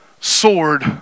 sword